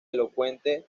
elocuente